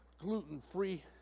gluten-free